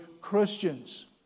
Christians